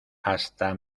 hasta